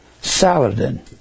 Saladin